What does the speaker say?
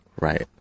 right